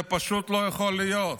זה פשוט לא יכול להיות.